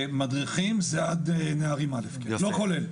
מדריכים זה עד נערים א', לא כולל.